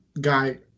guy